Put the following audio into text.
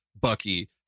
Bucky